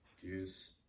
juice